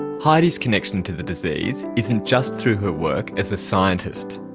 heidi's connection to the disease isn't just through her work as a scientist.